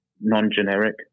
non-generic